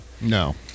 No